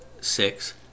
six